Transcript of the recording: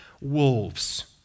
wolves